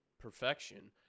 perfection